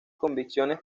convicciones